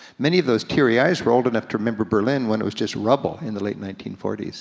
many of those teary eyes were old enough to remember berlin when it was just rubble in the late nineteen forty s.